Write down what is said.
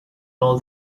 all